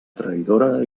traïdora